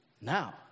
Now